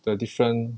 the different